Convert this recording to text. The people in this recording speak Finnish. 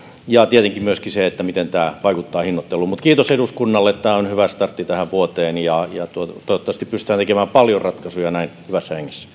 ja tietenkin myöskin se miten tämä vaikuttaa hinnoitteluun kiitos eduskunnalle tämä on hyvä startti tähän vuoteen toivottavasti pystytään tekemään paljon ratkaisuja näin hyvässä hengessä